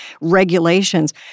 regulations